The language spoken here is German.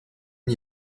oft